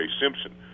Simpson